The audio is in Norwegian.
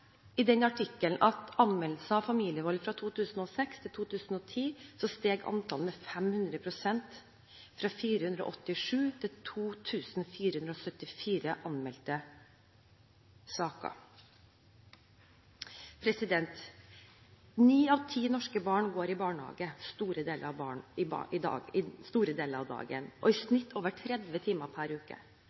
at fra 2006 til 2010 steg antall anmeldelser av familievold med 500 pst., fra 487 saker til 2 474. Ni av ti norske barn går i barnehage store deler av dagen, i snitt over 30 timer per uke. Barnehagen har fått medansvar for omsorg og